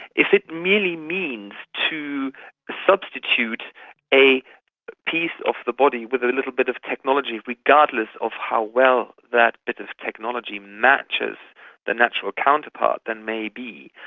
if it merely means to substitute a piece of the body with a little bit of technology regardless of how well that bit of technology matches the natural counterpart, then maybe.